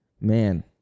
Man